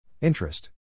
Interest